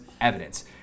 evidence